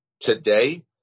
today